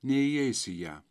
neįeis į ją